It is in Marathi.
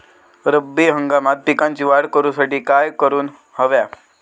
रब्बी हंगामात पिकांची वाढ करूसाठी काय करून हव्या?